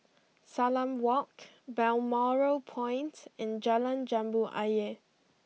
Salam Walk Balmoral Point and Jalan Jambu Ayer